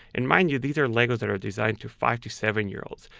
and mind you, these are legos that are designed to five to seven year olds.